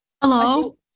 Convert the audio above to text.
Hello